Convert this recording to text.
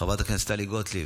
חברת הכנסת טלי גוטליב,